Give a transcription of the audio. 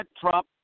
Trump